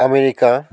America